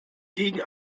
gegen